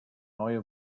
neue